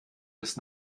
bis